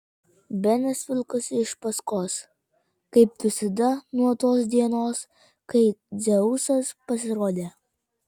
benas vilkosi iš paskos kaip visada nuo tos dienos kai dzeusas pasirodė